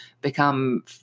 become